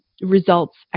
results